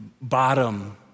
bottom